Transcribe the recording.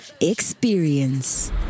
Experience